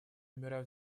умирают